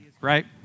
right